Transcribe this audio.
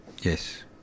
Yes